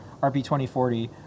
RP2040